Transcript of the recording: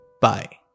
Bye